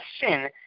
sin